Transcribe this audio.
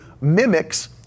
mimics